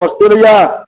नमस्ते भैया